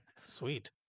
Sweet